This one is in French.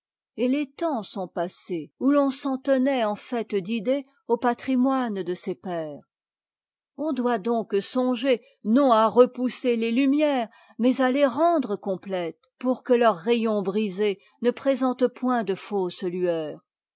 et lés temps sont pa'ssés où l'on s'en tenait'en faiti d'idées au patrimoine de'sès pères on doit donc songer non à repousser les lumières mais à les rendre complètes pour que leurs rayons brisés ne présentent point de fausses lueurs